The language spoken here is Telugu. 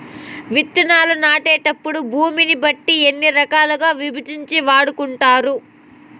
విత్తనాలు నాటేటప్పుడు భూమిని బట్టి ఎన్ని రకాలుగా విభజించి వాడుకుంటారు?